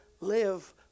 live